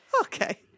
Okay